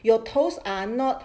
your toes are not